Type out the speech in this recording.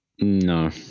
No